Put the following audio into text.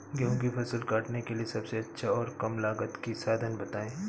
गेहूँ की फसल काटने के लिए सबसे अच्छा और कम लागत का साधन बताएं?